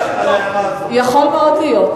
יכול מאוד להיות.